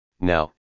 Now